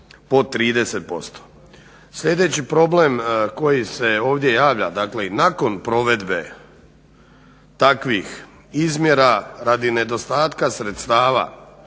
po 30%. Sljedeći problem koji se ovdje javlja, dakle i nakon provedbe takvih izmjera radi nedostatka sredstava,